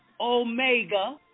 Omega